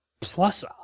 plus